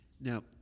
Now